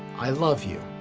i love you.